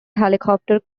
helicopter